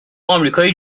آمریکای